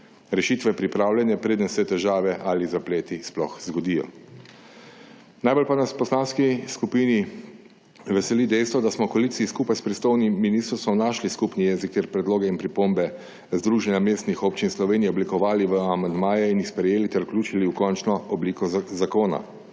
rešitve pripravljene, preden se težave ali zapleti sploh zgodijo. Najbolj pa nas v poslanski skupini veseli dejstvo, da smo v koaliciji skupaj s pristojnim ministrstvom našli skupni jezik ter predloge in pripombe Združenja mestnih občin Slovenije oblikovali v amandmaje in jih sprejeli ter vključili v končno obliko zakona.